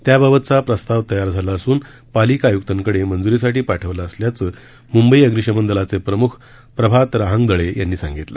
त्याबाबतचा प्रस्ताव तयार झाला असून पालिका आयुक्तांकडे मंजुरीसाठी पाठवला असल्याचं मुंबई अग्निशमन दलाचे प्रमुख प्रभात रहांगदळे यांनी सांगितलं